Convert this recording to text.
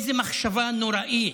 איזה מחשבה נוראית.